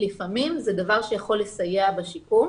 לפעמים זה דבר שיכול לסייע בשיקום.